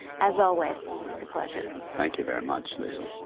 as always, it's a pleasure. thank you very much, lisa.